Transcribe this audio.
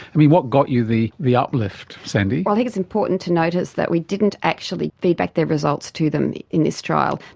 and what got you the the uplift, sandy? i think it's important to notice that we didn't actually feed back their results to them in this trial.